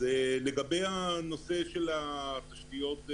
לגבי הנושא של תשתיות,